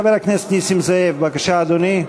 חבר הכנסת נסים זאב, בבקשה, אדוני.